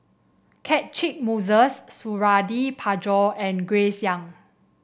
Catchick Moses Suradi Parjo and Grace Young